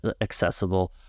accessible